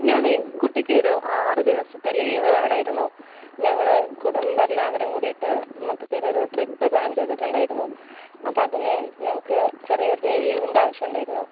ഞാനേ കുട്ടിക്കൊരു ആറ് ദിവസത്തെ ലീവ് വേണമായിരുന്നു ഞങ്ങൾ കുടുമ്പെല്ലാവരും കൂടീട്ട് മൊത്തത്തിലൊരു ട്രിപ്പ് പ്ലാൻ ചെയ്തിട്ടുണ്ടായിരുന്നു അപ്പോൾ അതിന് ഞങ്ങൾക്ക് ചെറിയൊരു ലീവിൻ്റെ ആവശ്യം ഉണ്ടായിരുന്നു